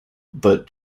but